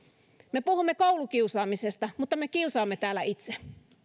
me puhumme koulukiusaamisesta mutta me kiusaamme täällä itse